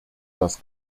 das